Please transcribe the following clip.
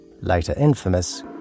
later-infamous